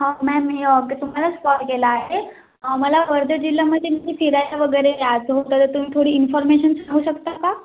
हां मॅम मी ओके तुम्हालाच कॉल केला आहे मला वर्धा जिल्ह्यामध्ये मी फिरायला वगैरे यायचं होतं तर तुम्ही थोडी इन्फॉर्मेशन सांगू शकता का